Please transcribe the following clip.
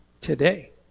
today